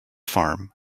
farm